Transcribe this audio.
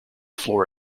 floor